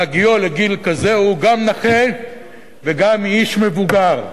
בהגיעו לגיל כזה הוא גם נכה וגם איש מבוגר,